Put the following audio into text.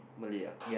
Malay ah